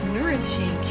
Nourishing